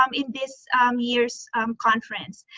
um in this year's conference.